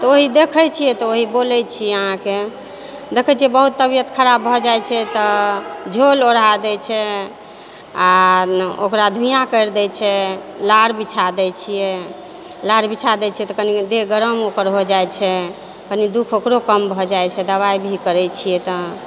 तऽ वही देखै छियै तऽ वही बोलै छी अहाँकेँ देखै छियै बहुत तबियत खराब भऽ जाइ छै तऽ झोल ओढ़ा दै छै आ ओकरा धुइयाँ करि दै छै नार बिछा दै छियै नार बिछा दै छियै तऽ कनी देह गरम ओकर हो जाइ छै कनी दुःख ओकरो कम भऽ जाइ छै दवाइ भी करै छियै तऽ